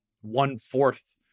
one-fourth